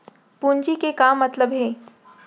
पूंजी के का मतलब हे?